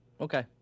Okay